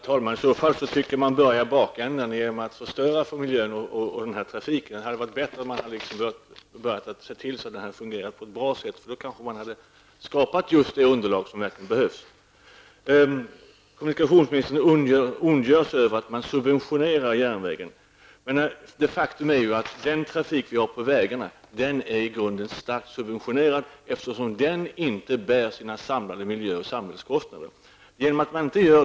Herr talman! I så fall tycker jag att man börjar i bakänden -- genom att förstöra för miljön och den här trafiken. Det hade varit bättre om man hade börjat med att se till att denna hade fungerat på ett bra sätt -- då kanske man hade skapat det underlag som verkligen behövs. Kommunikationsministern ondgjorde sig över att man subventionerar järnvägen. Men ett faktum är ju att den trafik vi har på vägarna i grunden är starkt subventionerad, eftersom den inte bär sina samlade miljö och samhällskostnader.